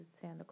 Santa